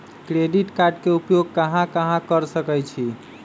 Credit card के उपयोग कहां कहां कर सकईछी?